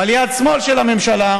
אבל יד שמאל של הממשלה,